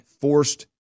forced